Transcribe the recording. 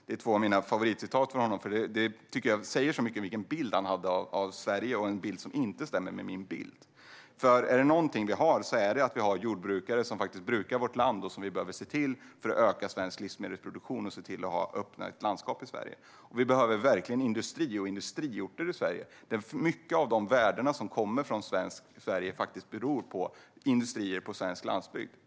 Det är två av mina favoritcitat av honom, för jag tycker att det säger så mycket om vilken bild han hade av Sverige. Det är en bild som inte stämmer med min. Är det någonting vi har är det nämligen jordbrukare, som faktiskt brukar vårt land och som vi behöver för att öka svensk livsmedelsproduktion och för att ha öppna landskap i Sverige. Vi behöver också verkligen industri och industriorter i Sverige. Mycket av det värde som kommer från Sverige beror faktiskt på industrier på svensk landsbygd.